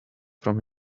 from